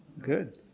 Good